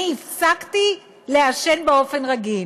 אני הפסקתי לעשן באופן רגיל.